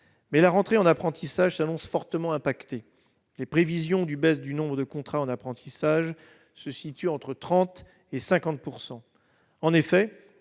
Mais l'entrée en apprentissage s'annonce fortement impactée : les prévisions de baisse du nombre de contrats en apprentissage se situent entre 30 % et 50 %. En effet,